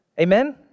Amen